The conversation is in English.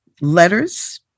letters